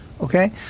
Okay